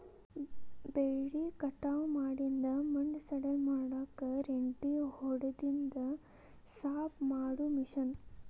ಬೆಳಿ ಕಟಾವ ಮಾಡಿಂದ ಮಣ್ಣ ಸಡಿಲ ಮಾಡಾಕ ರೆಂಟಿ ಹೊಡದಿಂದ ಸಾಪ ಮಾಡು ಮಿಷನ್